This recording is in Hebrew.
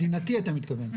מדינתי אתה מתכוון.